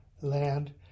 land